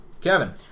Kevin